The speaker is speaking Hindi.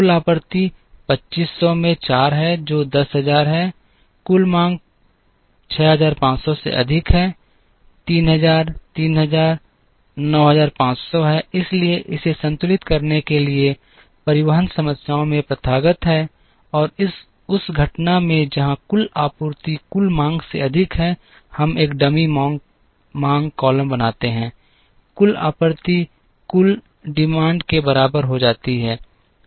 कुल आपूर्ति 2500 में 4 है जो 10000 है कुल मांग 6500 से अधिक है 3000 3000 9500 है इसलिए इसे संतुलित करने के लिए परिवहन समस्याओं में प्रथागत है और उस घटना में जहां कुल आपूर्ति कुल मांग से अधिक है हम एक डमी मांग कॉलम बनाते हैं कि कुल आपूर्ति कुल मांग के बराबर हो जाती है